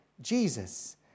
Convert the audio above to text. Jesus